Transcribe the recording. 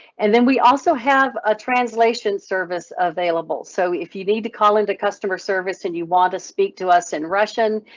and then, we also have a translation service available. so if you need to call into customer service and you want to speak to us in russian,